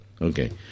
Okay